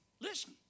listen